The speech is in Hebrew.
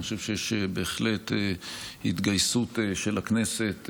אני חושב שיש בהחלט התגייסות של הכנסת.